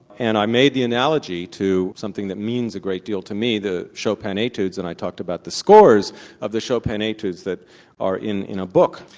and i made the analogy to something that means a great deal to me, the chopin etudes, and i talked about the scores of the chopin etudes, that are in in a book.